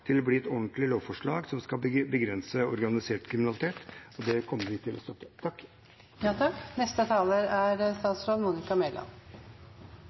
til å bli et ordentlig lovforslag som skal begrense organisert kriminalitet. Det kommer vi til å